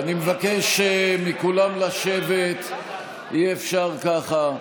עכשיו אני רוצה לדבר, ברשותכם, לגבי הממשלה.